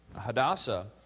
Hadassah